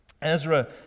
Ezra